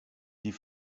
die